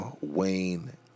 Wayne